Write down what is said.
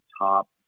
top